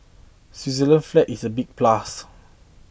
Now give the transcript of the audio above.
Switzerland flag is a big plus